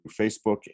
Facebook